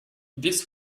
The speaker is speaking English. this